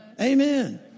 Amen